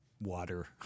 water